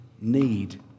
need